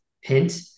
hint